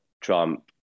Trump